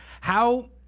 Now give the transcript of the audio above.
How-